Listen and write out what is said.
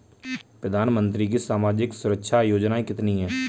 प्रधानमंत्री की सामाजिक सुरक्षा योजनाएँ कितनी हैं?